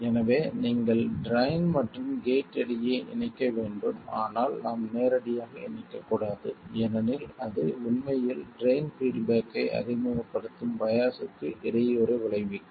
எனவே நீங்கள் ட்ரைன் மற்றும் கேட் இடையே இணைக்க வேண்டும் ஆனால் நாம் நேரடியாக இணைக்கக்கூடாது ஏனெனில் அது உண்மையில் ட்ரைன் பீட்பேக்கை அறிமுகப்படுத்தும் பையாஸ்க்கு இடையூறு விளைவிக்கும்